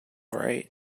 right